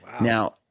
Now